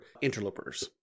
interlopers